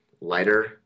lighter